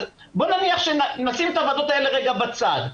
נשים את הוועדות האלה רגע בצד,